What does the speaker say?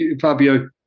fabio